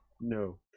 No